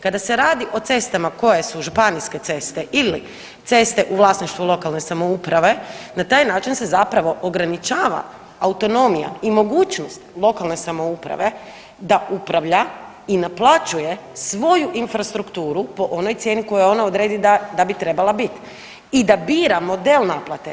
Kada se radi o cestama koje su županijske ceste ili ceste u vlasništvu lokalne samouprave, na taj način se zapravo ograničava autonomija i mogućnost lokalne samouprave da upravlja i naplaćuje svoju infrastrukturu po onoj cijeni koju ona odredi da bi trebala biti i da bira model naplate.